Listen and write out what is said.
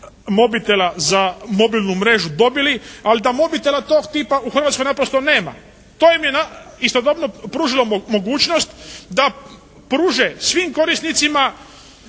mobitela za mobilnu mrežu dobili, ali da mobitela tog tipa u Hrvatskoj naprosto nema. To im je istodobno pružilo mogućnost da pruže svim korisnicima